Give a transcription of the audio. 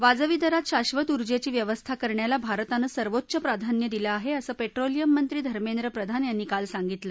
वाजवी दरात शाक्षत उजेंची व्यवस्था करण्याला भारतानं सर्वोच्च प्राधान्य दिलं आहा असं पट्टीलियम मंत्री धर्मेद्र प्रधान यांनी काल सांगितलं